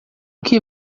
que